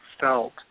felt